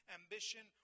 ambition